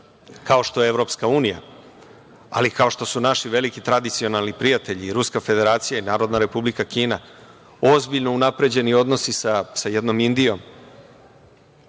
kao što je EU, ali i kao što su naši veliki tradicionalni prijatelji, Ruska Federacija i Narodna Republika Kina, ozbiljno unapređeni odnosi sa jednom Indijom